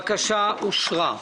הבקשה אושרה.